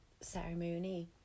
ceremony